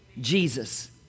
Jesus